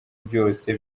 byose